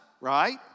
right